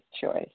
choice